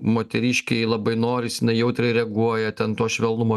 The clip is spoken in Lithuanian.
moteriškei labai norisi jinai jautriai reaguoja ten to švelnumo